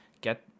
get